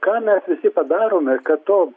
ką mes visi padarome kad to